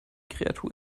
kreatur